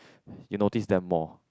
you notice them more